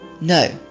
no